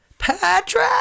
Patrick